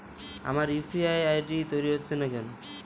আমার UPI ID তৈরি হচ্ছে না কেনো?